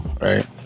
right